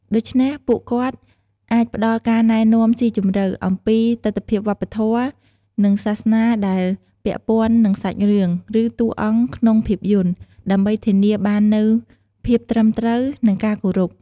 ដូច្នេះ ពួកគាត់អាច ផ្ដល់ការណែនាំស៊ីជម្រៅ អំពីទិដ្ឋភាពវប្បធម៌ និងសាសនាដែលពាក់ព័ន្ធនឹងសាច់រឿង ឬតួអង្គក្នុងភាពយន្ត ដើម្បីធានាបាននូវភាពត្រឹមត្រូវ និងការគោរព។